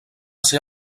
ser